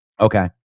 Okay